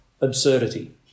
absurdity